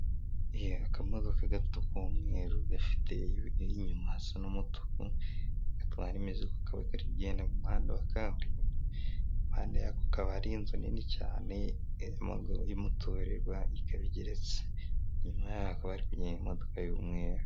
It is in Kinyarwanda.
Akamodoka gato k'umweru gafite inyuma hasa n'umutuku, gatwara imizigo kaba kagenda mu muhanda wa kaburimbo, impande yaho hakaba hari inzu nini cyane y'umuturirwa, ikaba igeretse inyuma hakaba hari kugenda imodoka y'umweru.